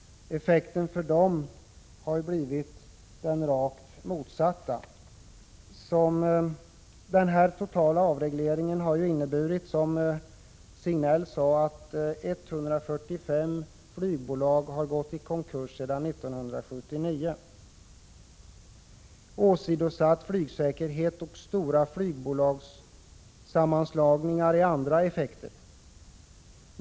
Effekten för dem har blivit den rakt motsatta. Den totala avregleringen har inneburit, som Sven-Gösta Signell sade, att 145 flygbolag har gått i konkurs sedan 1979. Åsidosatt flygsäkerhet och stora flygbolagssammanslagningar är andra effekter.